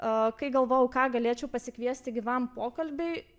a kai galvojau ką galėčiau pasikviesti gyvam pokalbiui